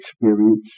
experience